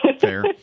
Fair